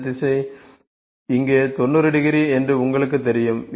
இந்த திசை இங்கே 90 டிகிரி என்று உங்களுக்குத் தெரியும்